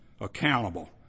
accountable